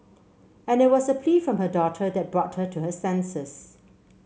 and it was a plea from her daughter that brought her to her senses